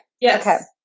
Yes